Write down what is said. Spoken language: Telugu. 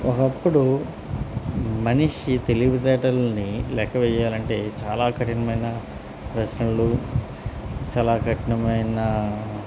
ఒకప్పుడు మనిషి తెలివితేేటలని లెక్కవేయాలంటే చాలా కఠినమైన ప్రశ్నలు చాలా కఠినమైన